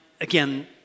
again